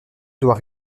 doit